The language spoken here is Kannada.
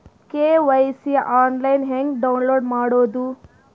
ಕೆ.ವೈ.ಸಿ ಆನ್ಲೈನ್ ಹೆಂಗ್ ಡೌನ್ಲೋಡ್ ಮಾಡೋದು?